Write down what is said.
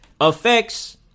affects